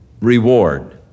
reward